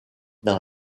dans